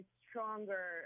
stronger